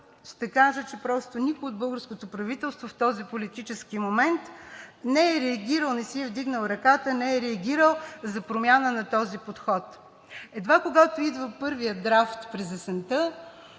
ще кажа, че просто никой от българското правителство в този политически момент не е реагирал, не си е вдигнал ръката, не е реагирал за промяна на този подход. Едва когато идва първият драфт през есента,